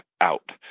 out